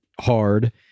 hard